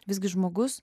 visgi žmogus